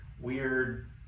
weird